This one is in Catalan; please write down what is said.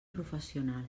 professional